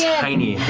tiny.